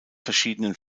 verschiedenen